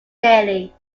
daily